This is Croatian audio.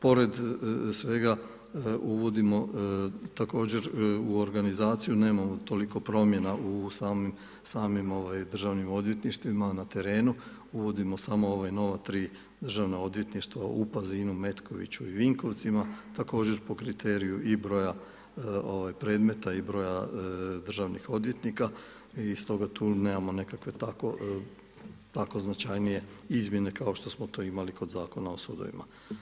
Pored svega uvodimo također u organizaciji nemamo toliko promjena u samim državnim odvjetništvima na terenu, uvodimo samo ova nova tri državna odvjetništva u Pazinu, Metkoviću i Vinkovcima, također po kriteriju i broja predmeta i broja državnih odvjetnika i stoga tu nemamo nekakve tako značajnije izmjene kao što smo to imali kod Zakona o sudovima.